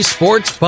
Sports